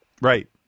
Right